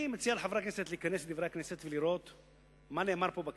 אני מציע לחברי הכנסת להיכנס ולראות ב"דברי הכנסת" מה נאמר פה בכנסת,